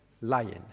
lion